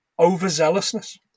overzealousness